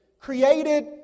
created